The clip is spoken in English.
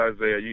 Isaiah